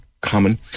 common